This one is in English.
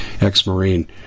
ex-marine